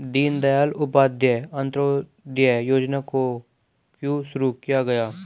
दीनदयाल उपाध्याय अंत्योदय योजना को क्यों शुरू किया गया?